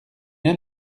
bien